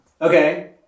Okay